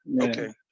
okay